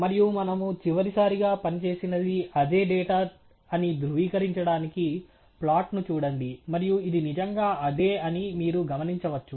మరియు మనము చివరిసారిగా పనిచేసినది అదే డేటా అని ధృవీకరించడానికి ప్లాట్ను చూడండి మరియు ఇది నిజంగా అదే అని మీరు గమనించవచ్చు